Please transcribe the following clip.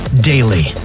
daily